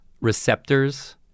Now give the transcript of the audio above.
receptors